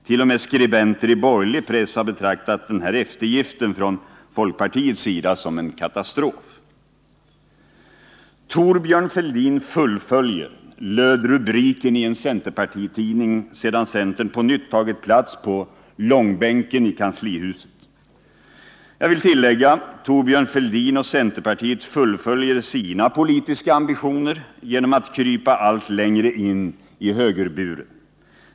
T. o. m. skribenter i borgerlig press har betraktat denna eftergift från folkpartiets sida som en katastrof. ”Thorbjörn Fälldin fullföljer”, löd rubriken i en centerpartitidning sedan centern på nytt tagit plats på långbänken i kanslihuset. Jag vill tillägga: Thorbjörn Fälldin och centerpartiet fullföljer sina politiska ambitioner genom att krypa allt längre in i högerburen.